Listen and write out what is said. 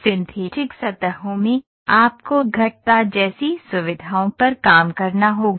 synthetic सतहों में आपको वक्र जैसी सुविधाओं पर काम करना होगा